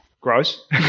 gross